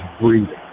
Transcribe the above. breathing